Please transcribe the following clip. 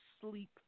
sleep